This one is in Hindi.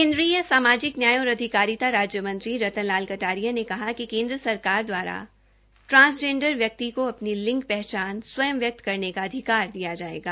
केन्द्रीय सामाजिक न्याय और अधिकारिता राज्यमंत्री रतन लाल कटारिया ने कहा कि केन्द्र सरकार द्वारा ट्रांसजेंडर व्यक्ति को अपनी लिंग पहचान स्वयं व्यक्त करने का अधिकार दिया जायेगा